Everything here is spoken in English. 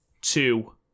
two